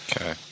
Okay